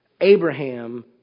Abraham